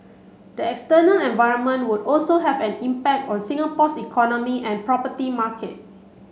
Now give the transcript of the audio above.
the external environment would also have an impact on Singapore's economy and property market